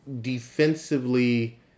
defensively